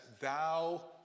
thou